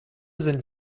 sind